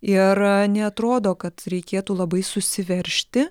ir neatrodo kad reikėtų labai susiveržti